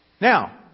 Now